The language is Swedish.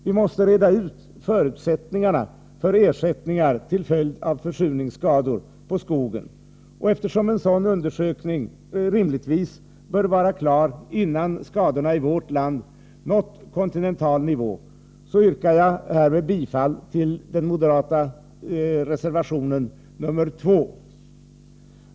Vi måste reda ut förutsättningarna för ersättning ar till följd av försurningsskador på skogen, och eftersom en sådan undersökning rimligtvis bör vara klar innan skadorna i vårt land nått kontinental nivå yrkar jag härmed bifall till den moderata reservationen nr 2.